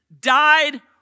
died